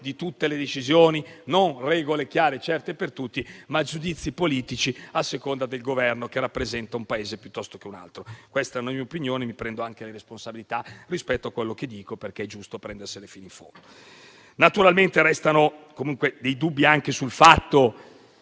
di tutte le decisioni non ci sono regole chiare e certe per tutti, ma giudizi politici a seconda del Governo che rappresenta un Paese piuttosto che un altro. Questa è una mia opinione, mi prendo anche la responsabilità rispetto a quello che dico, perché è giusto prendersela fino in fondo. Naturalmente restano comunque dei dubbi anche sul fatto